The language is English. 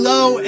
Low